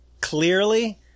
clearly